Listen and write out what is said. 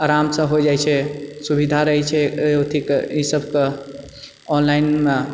आरामसँ हो जाइत छै सुविधा रहै छै अथी कऽ ई सबके ऑनलाइन